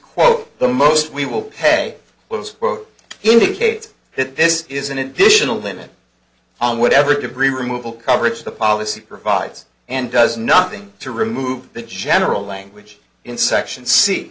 quote the most we will pay was quote indicates that this is an additional limit on whatever debris removal coverage the policy provides and does nothing to remove the general language in section see